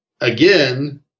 again